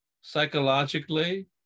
psychologically